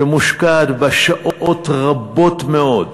שמושקעות בה שעות רבות מאוד,